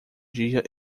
dia